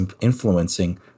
influencing